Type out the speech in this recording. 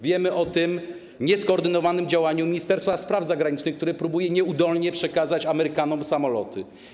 Wiemy o tym nieskoordynowanym działaniu Ministerstwa Spraw Zagranicznych, które próbuje nieudolnie przekazać Amerykanom samoloty.